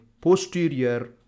posterior